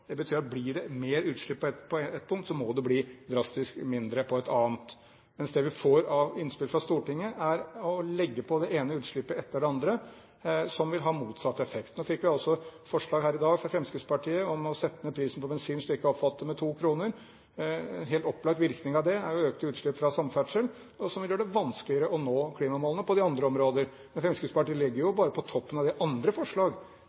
Det betyr at blir det mer utslipp på ett punkt, må det bli drastisk mindre på et annet. Det vi får av innspill fra Stortinget, er å legge på det ene utslippet etter det andre, som vil ha motsatt effekt. Nå fikk vi forslag her i dag fra Fremskrittspartiet om å sette ned prisen på bensin – slik jeg oppfatter det – med 2 kr. En helt opplagt virkning av det er jo økte uslipp fra samferdsel og som vil gjøre det vanskeligere å nå klimamålene på de andre områdene. Men Fremskrittspartiet legger jo bare på toppen av de andre